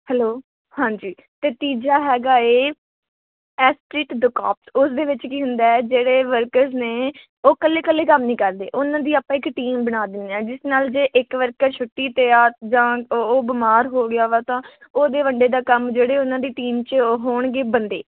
hello ਹਾਂਜੀ ਤੇ ਤੀਜਾ ਹੈਗਾ ਏ ਐਸਟਰਿਕ ਦੁਕਾਬ ਉਸ ਦੇ ਵਿੱਚ ਕੀ ਹੁੰਦਾ ਜਿਹੜੇ ਵਰਕਰਸ ਨੇ ਉਹ ਇਕੱਲੇ ਇਕੱਲੇ ਕੰਮ ਨਹੀਂ ਕਰਦੇ ਉਹਨਾਂ ਦੀ ਆਪਾਂ ਇੱਕ ਟੀਮ ਬਣਾ ਦਿੰਦੇ ਹਾਂ ਜਿਸ ਨਾਲ ਜੇ ਇੱਕ ਵਰਕਰ ਛੁੱਟੀ 'ਤੇ ਆ ਜਾਂ ਉਹ ਬਿਮਾਰ ਹੋ ਗਿਆ ਵਾ ਤਾਂ ਉਹਦੇ ਵੰਡੇ ਦਾ ਕੰਮ ਜਿਹੜੇ ਉਹਨਾਂ ਦੀ ਟੀਮ 'ਚ ਉਹ ਹੋਣਗੇ ਬੰਦੇ